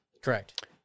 Correct